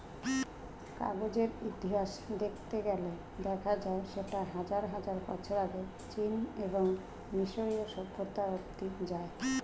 কাগজের ইতিহাস দেখতে গেলে দেখা যায় সেটা হাজার হাজার বছর আগে চীন এবং মিশরীয় সভ্যতা অবধি যায়